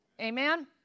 Amen